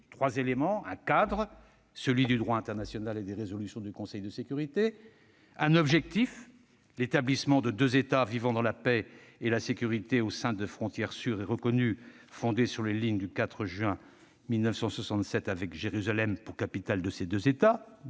trois éléments : un cadre, celui du droit international et des résolutions du Conseil de sécurité ; un objectif, à savoir l'établissement de deux États, vivant dans la paix et la sécurité au sein de frontières sûres et reconnues, fondées sur les lignes du 4 juin 1967, avec Jérusalem pour capitale de ces deux États,